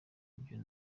ibyo